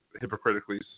hypocritically